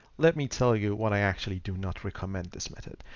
let me tell you why i actually do not recommend this method.